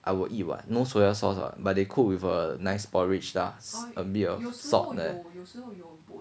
I will eat what no soya sauce what but they cook with a nice porridge lah a bit of salt like that